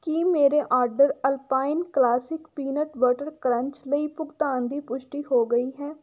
ਕੀ ਮੇਰੇ order Alpine Classic peanut butter crunch ਲਈ ਭੁਗਤਾਨ ਦੀ ਪੁਸ਼ਟੀ ਹੋ ਗਈ ਹੈ